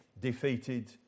defeated